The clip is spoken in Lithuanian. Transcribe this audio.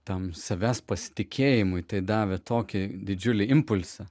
tam savęs pasitikėjimui tai davė tokį didžiulį impulsą